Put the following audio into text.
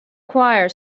choir